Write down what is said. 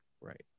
Right